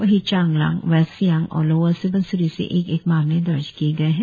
वहीं चांगलांग वेस्ट सियांग और लोअर स्बनसिरी से एक एक मामले दर्ज किए गए है